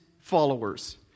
followers